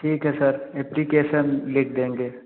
ठीक है sir application लिख देंगे